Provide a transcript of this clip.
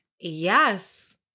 Yes